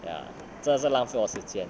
ya 真的是浪费我时间